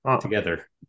together